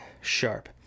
Sharp